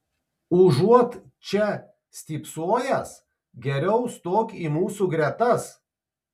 užuot čia stypsojęs geriau stok į mūsų gretas